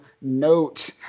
note